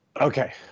Okay